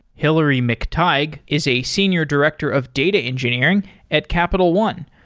hilary mctigue is a senior director of data engineering at capital one.